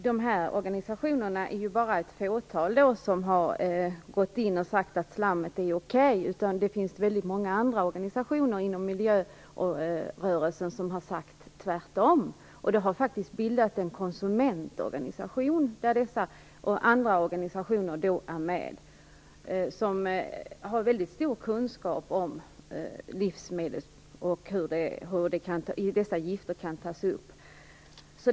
Herr talman! Det är bara ett fåtal organisationer som sagt att slammet är okej. Det finns väldigt många organisationer inom miljörörelsen som har sagt tvärtom. Det har faktiskt bildats en konsumentorganisation där dessa andra organisationer är med och som har väldigt stor kunskap om livsmedel och hur olika gifter kan tas upp.